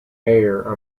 mayor